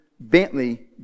Bentley